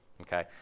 okay